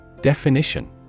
Definition